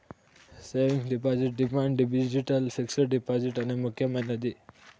savings deposit demand deposit fixed deposit అనే ముక్యమైనది